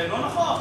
זה לא נכון.